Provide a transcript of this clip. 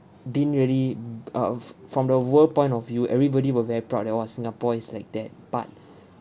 didn't really b~ uh f~ from the world point of view everybody were very proud that !wah! singapore is like that but